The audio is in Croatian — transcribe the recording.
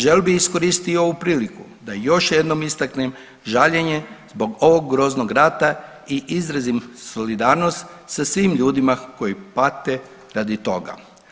Želio bih iskoristiti i ovu priliku da još jednom istaknem žaljenje zbog ovog groznog rata i izrazim solidarnost sa svim ljudima koji pate radi toga.